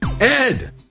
Ed